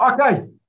okay